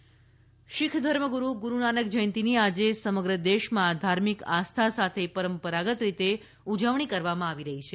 ગુરૂનાનક પર્વ શીખ ધર્મગુરૂ ગુરૂનાનક જયંતિની આજે સમગ્ર દેશમાં ધાર્મિક આસ્થા સાથે પરંપરાગતરીતે ઉજવણી કરવામાં આવી રહી છે